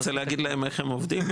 אתה רוצה להגיד להם איך הם עובדים?